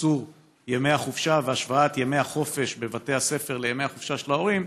לקיצור ימי החופשה והשוואת ימי החופשה בבתי הספר לימי החופשה של ההורים,